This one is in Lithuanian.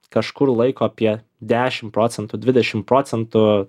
kažkur laiko apie dešim procentų dvidešim procentų